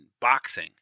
boxing